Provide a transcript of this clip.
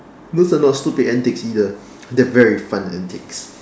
those are not stupid antics either they are very fun antics